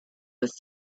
with